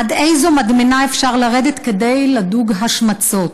עד איזו מדמנה אפשר לרדת כדי לדוג השמצות?